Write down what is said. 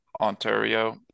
Ontario